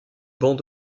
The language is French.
banc